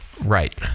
Right